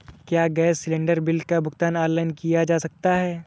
क्या gas cylinder bill का भुगतान ऑनलाइन किया जा सकता है?